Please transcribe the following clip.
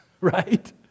right